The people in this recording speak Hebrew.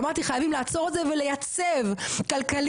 ואמרתי חייבים לעצור את זה ולייצב כלכלית,